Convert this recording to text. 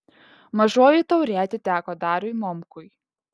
mažoji taurė atiteko dariui momkui